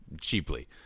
cheaply